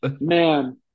Man